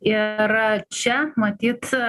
ir čia matyt